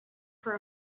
for